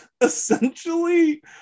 essentially